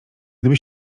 gdyby